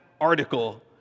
article